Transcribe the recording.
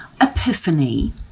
epiphany